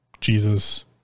Jesus